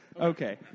Okay